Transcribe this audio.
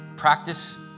Practice